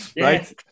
right